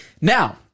Now